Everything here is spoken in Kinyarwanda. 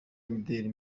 imideli